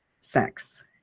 sex